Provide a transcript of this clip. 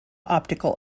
optical